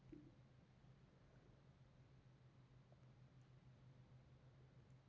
ಬಡ್ಡಿದರಗಳ ರಚನೆ ಭವಿಷ್ಯದ ಆರ್ಥಿಕ ಬೆಳವಣಿಗೆಯ ನಿರೇಕ್ಷೆಗಳ ಉತ್ತಮ ಅಳತೆಯಾಗಿರ್ತದ